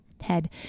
head